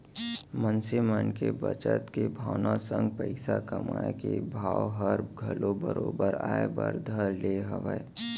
मनसे मन म बचत के भावना संग पइसा कमाए के भाव हर घलौ बरोबर आय बर धर ले हवय